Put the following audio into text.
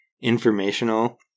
informational